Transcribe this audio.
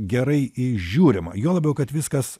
gerai žiūrima juo labiau kad viskas